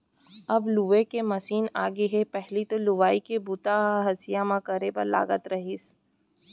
अब लूए के मसीन आगे हे पहिली तो लुवई के बूता ल हँसिया म करे बर लागत रहिस